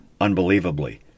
unbelievably